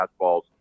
fastballs